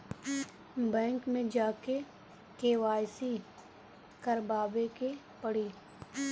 Bank मे जा के के.वाइ.सी करबाबे के पड़ी?